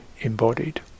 embodied